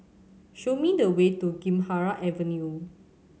show me the way to Gymkhana Avenue